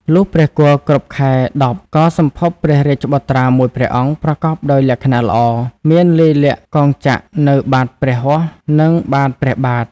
លុះព្រះគភ៌គ្រប់ ខែ ១០ ក៏សម្ភពព្រះរាជបុត្រា ១ ព្រះអង្គ ប្រកបដោយលក្ខណៈល្អ មានលាយលក្ខណ៍កងចក្រនៅបាតព្រះហស្តនិងបាតព្រះបាទ ។